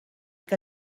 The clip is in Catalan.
que